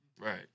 Right